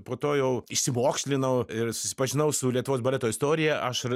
po to jau išsimokslinau ir susipažinau su lietuvos baleto istorija aš